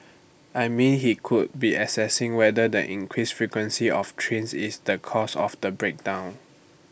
I mean he could be assessing whether than increased frequency of trains is the cause of the break down